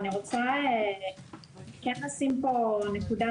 רוצה לשים פה נקודה.